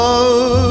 Love